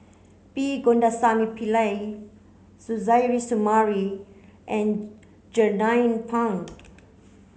P Govindasamy Pillai Suzairhe Sumari and Jernnine Pang